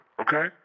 okay